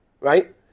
right